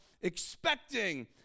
expecting